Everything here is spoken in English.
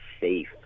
safe